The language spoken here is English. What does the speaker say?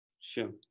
Sure